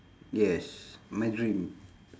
yes my dream